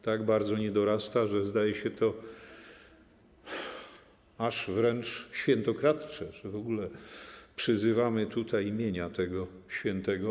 Tak bardzo nie dorasta, że zdaje się to aż wręcz świętokradcze, że w ogóle przyzywamy tutaj imienia tego świętego.